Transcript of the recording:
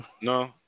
No